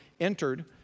entered